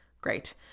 great